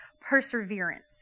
perseverance